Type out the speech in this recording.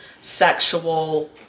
sexual